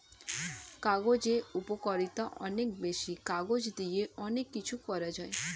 কাগজের উপকারিতা অনেক বেশি, কাগজ দিয়ে অনেক কিছু করা যায়